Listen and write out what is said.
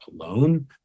alone